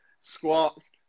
squats